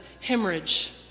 hemorrhage